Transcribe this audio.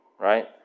Right